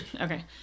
okay